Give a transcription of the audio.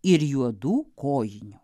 ir juodų kojinių